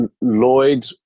Lloyd